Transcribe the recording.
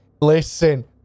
listen